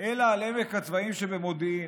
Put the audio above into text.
אלא על עמק הצבאים שבמודיעין.